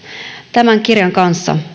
tämän kirjan kanssa